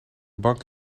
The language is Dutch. bank